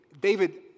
David